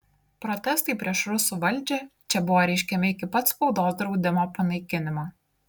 protestai prieš rusų valdžią čia buvo reiškiami iki pat spaudos draudimo panaikinimo